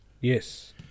yes